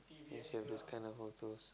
yes you've to scan the photos